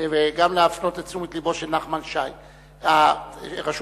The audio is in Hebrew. וגם להפנות את תשומת לבו של נחמן שי: רשות